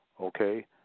okay